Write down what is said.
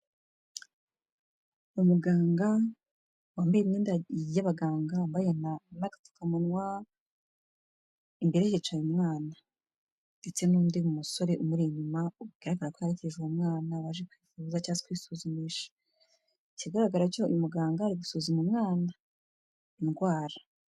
Ni umuganga wambaye imyenda y'abaganga, wambaye n'agapfukamunwa, imbere ye hicaye umwana, ndetse n'undi musore umuri inyuma, bigaragara ko yaherekeje uwo mwana waje kwivuza cyangwa kwisuzumisha. Ikigaragara cyo uyu muganga ari gusuzuma umwana indwara.